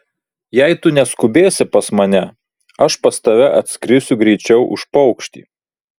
jei tu neskubėsi pas mane aš pas tave atskrisiu greičiau už paukštį